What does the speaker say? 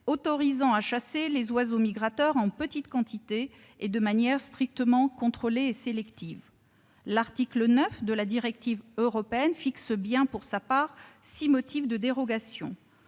autorisant à chasser les oiseaux migrateurs en petite quantité et de manière strictement contrôlée et sélective. L'article 9 de la directive européenne fixe six motifs de dérogation.